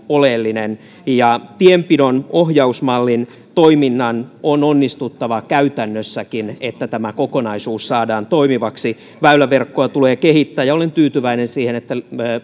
oleellinen tienpidon ohjausmallin toiminnan on onnistuttava käytännössäkin että tämä kokonaisuus saadaan toimivaksi väyläverkkoa tulee kehittää ja olen tyytyväinen siihen että